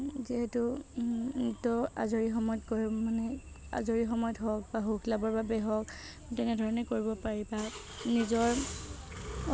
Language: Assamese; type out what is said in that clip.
যিহেতু নৃত্য আজৰি সময়ত কৰি মানে আজৰি সময়ত হওঁক বা সুখ লাভৰ বাবেই হওঁক তেনেধৰণে কৰিব পাৰি বা নিজৰ